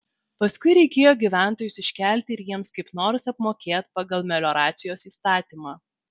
paskui reikėjo gyventojus iškelti ir jiems kaip nors apmokėt pagal melioracijos įstatymą